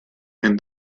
and